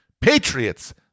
Patriots